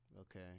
Okay